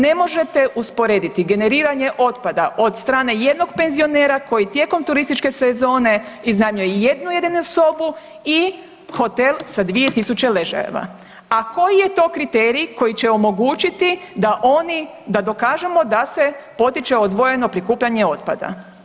Ne možete usporediti generiranje otpada od strane jednog penzionera koji tijekom turističke sezone iznajmljuje jednu jedinu sobu i hotel sa 2 000 ležajeva, a koji je to kriterij koji će omogućiti da oni, da dokažemo da se potiče odvojeno prikupljanje otpada?